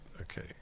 Okay